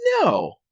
No